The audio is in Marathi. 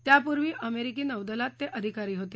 त्यापूर्वी अमेरिकी नौदलात अधिकारी होते